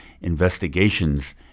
investigations